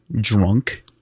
drunk